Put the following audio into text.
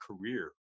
career